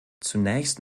zunächst